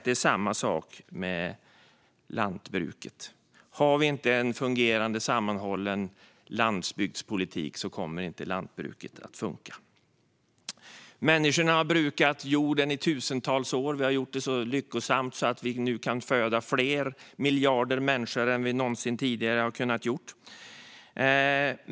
Det är samma sak med lantbruket. Har vi inte en fungerande sammanhållen landsbygdspolitik kommer inte lantbruket att fungera. Människorna har brukat jorden i tusentals år. Vi har gjort det så lyckosamt att vi nu kan föda fler miljarder människor än vad vi någonsin tidigare har kunnat göra.